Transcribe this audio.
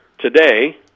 today